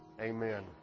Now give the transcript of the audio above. Amen